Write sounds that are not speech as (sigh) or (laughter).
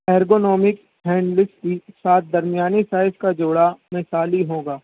(unintelligible) ہینڈک پری ساتھ درمیانی سائز کا جوڑا مثالی ہوگا